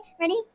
Ready